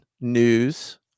news